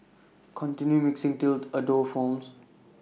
continue mixing till A dough forms